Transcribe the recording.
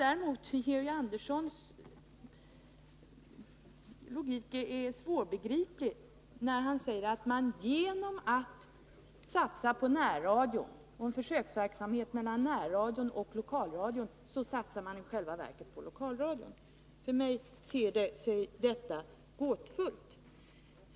Georg Anderssons logik är däremot svårbegriplig, när han säger att genom att satsa på närradion och en försöksverksamhet mellan närradion och lokalradion, så satsar man i själva verket på lokalradion. För mig ter sig detta gåtfullt.